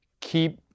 keep